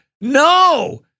No